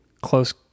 close